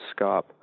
scop